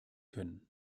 können